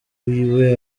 wiwe